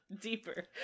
deeper